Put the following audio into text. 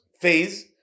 phase